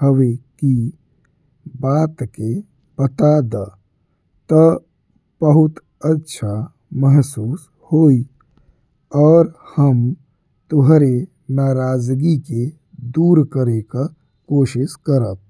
हवे कि बात के बता दे ता बहुत अच्छा महसूस होई और हम तुहरे नाराजगी के दूर करे का कोशिश करब।